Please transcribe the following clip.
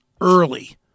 early